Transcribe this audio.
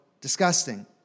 disgusting